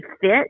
fit